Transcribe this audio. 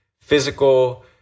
physical